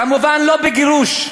כמובן לא בגירוש,